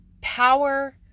power